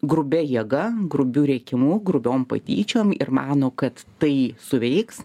grubia jėga grubiu rėkimu grubiom patyčiom ir mano kad tai suveiks